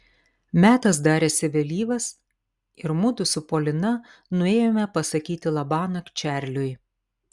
metas darėsi vėlyvas ir mudu su polina nuėjome pasakyti labanakt čarliui